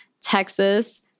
Texas